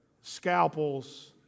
scalpels